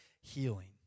healing